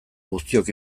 guztiok